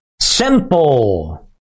Simple